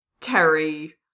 terry